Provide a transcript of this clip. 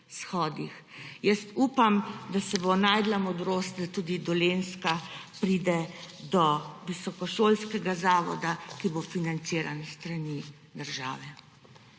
Jaz upam, da se bo našla modrost, da tudi Dolenjska pride do visokošolskega zavoda, ki bo financiran s strani države.